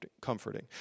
comforting